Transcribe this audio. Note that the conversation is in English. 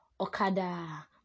okada